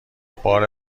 بار